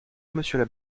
monsieur